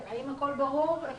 שנייה, אני תיכף אענה לך.